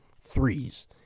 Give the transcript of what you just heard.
threes